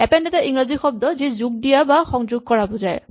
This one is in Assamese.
এপেন্ড এটা ইংৰাজী শব্দ যি যোগ দিয়া বা সংযোগ কৰা বুজায়